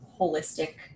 holistic